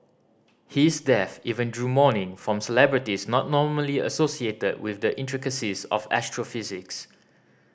his death even drew mourning from celebrities not normally associated with the intricacies of astrophysics